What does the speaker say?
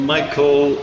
Michael